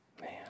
Man